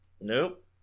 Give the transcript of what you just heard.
Nope